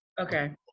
Okay